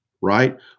right